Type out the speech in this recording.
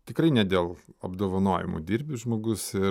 tikrai ne dėl apdovanojimų dirbi žmogus ir